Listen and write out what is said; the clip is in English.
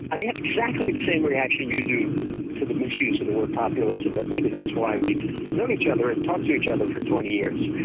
i have exactly the same reaction you do to the misuse of the word populism, but maybe that's why we've known each other and talked to each other for twenty years.